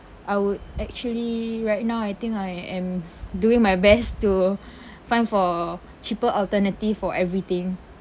I would actually right now I think I am doing my best to find for cheaper alternative for everything